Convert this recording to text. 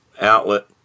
outlet